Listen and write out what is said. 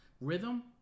rhythm